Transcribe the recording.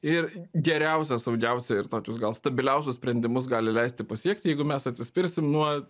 ir geriausia saugiausia ir tokius gal stabiliausius sprendimus gali leisti pasiekti jeigu mes atsispirsim nuo